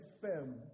firm